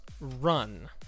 Run